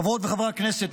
חברות וחברי הכנסת,